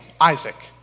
Isaac